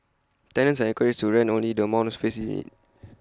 tenants are encouraged to rent only the amount of space they need